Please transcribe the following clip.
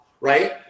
right